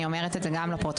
אני אומרת את זה גם לפרוטוקול.